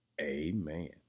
amen